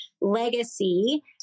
legacy